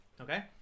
Okay